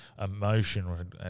emotion